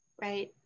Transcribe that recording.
Right